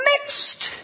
mixed